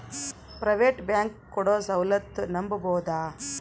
Private bank ಕೊಡೊ ಸೌಲತ್ತು ನಂಬಬೋದ?